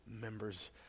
members